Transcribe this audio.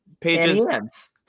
pages